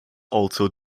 also